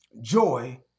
joy